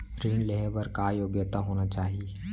ऋण लेहे बर का योग्यता होना चाही?